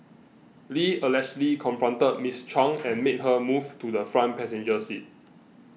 Lee allegedly confronted Miss Chung and made her move to the front passenger seat